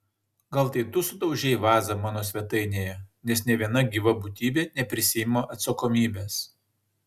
gal tai tu sudaužei vazą mano svetainėje nes nė viena gyva būtybė neprisiima atsakomybės